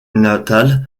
natale